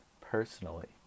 Personally